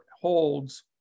holds